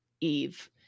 Eve